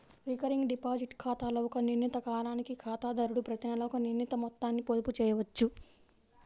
recurring deposit ఖాతాలో ఒక నిర్ణీత కాలానికి ఖాతాదారుడు ప్రతినెలా ఒక నిర్ణీత మొత్తాన్ని పొదుపు చేయవచ్చు